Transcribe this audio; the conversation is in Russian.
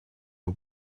его